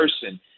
person